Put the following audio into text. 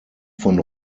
von